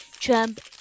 Trump